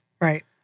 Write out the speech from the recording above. Right